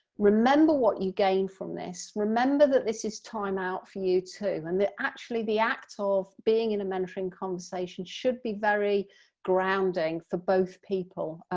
remember what you gain from this, remember that this is time out for you too and that actually the act of being in a mentoring conversation should be very grounding for both people.